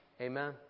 Amen